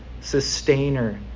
sustainer